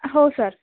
हो सर